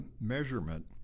measurement